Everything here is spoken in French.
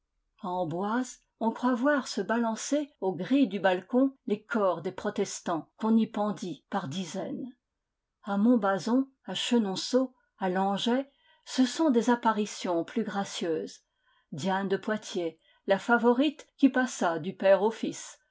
amboise on croit voir se balancer aux grilles du balcon les corps des protestants qu'on y pendit par dizaines a montbazon à clienonceaux à langeais ce sont des apparitions plus gracieuses diane de poitiers la favorite qui passa du père au fils